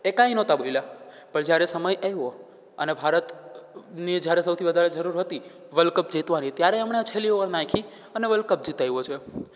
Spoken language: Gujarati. એ કાંઈ નહોતા બોલ્યા પણ જ્યારે સમય આવ્યો અને ભારતને જ્યારે સૌથી વધારે જરૂર હતી વર્લ્ડ કપ જીતવાની ત્યારે એમણે છેલ્લી ઓવર નાખી અને વર્લ્ડ કપ જિતાવ્યો છે